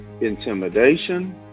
intimidation